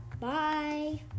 Bye